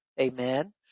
amen